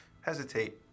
hesitate